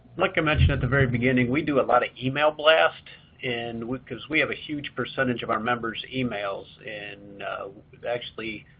like i mentioned at the very beginning, we do a lot of email blasts, and because we have a huge percentage of our members' emails, and you know actually,